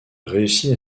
réussit